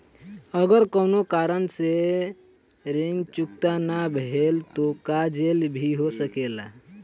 अगर कौनो कारण से ऋण चुकता न भेल तो का जेल भी हो सकेला?